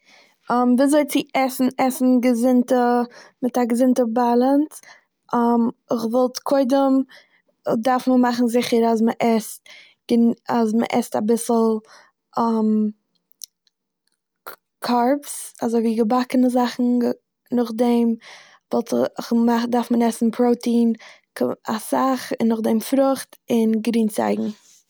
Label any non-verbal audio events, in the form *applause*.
*hesitation* וויזוי צו עסן- עסן געזונט- *hesitation* מיט א געזונטע באלאנס. *hesitation* כ'וואלט- קודם דארף מען מאכן זיכער אז מ'עסט אביסל *hesitation* קארבס- געבאקענע זאכן, גע- נאכדעם וואלט איך געמאכט- דארף מען עסן פראטין כ- אסאך, און נאכדעם פרוכט און גרינצייגן.